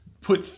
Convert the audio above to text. Put